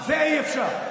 זה אי-אפשר.